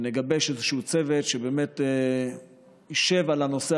ונגבש איזשהו צוות שבאמת ישב על הנושא